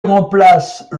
remplace